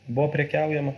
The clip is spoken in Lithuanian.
buvo prekiaujama